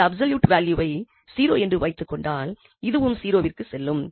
இந்த அப்சொலூட் வேல்யூவை 0 என்று வைத்துக்கொண்டால் இதுவும் 0விற்கு செல்லும்